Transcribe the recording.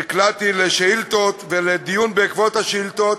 נקלעתי לשאילתות ולדיון בעקבות השאילתות